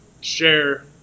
share